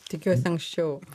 tikiuosi anksčiau